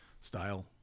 style